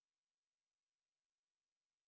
goody-two-shoes